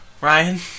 Ryan